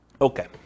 Okay